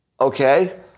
Okay